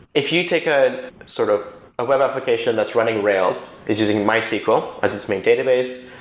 if you take a sort of web application that's running rails, is using mysql as its main databases,